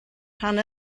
rhan